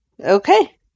Okay